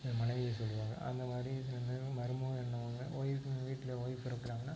இந்த மனைவியை சொல்லுவாங்க அந்த மாதிரி சில டைம் மருமகள் என்ன பண்ணுனால் ஒய்ஃபுங்க வீட்டில் ஒய்ஃப் இருக்கிறாங்கன்னா